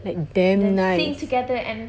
like damn nice